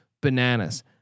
bananas